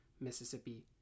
Mississippi